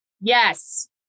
yes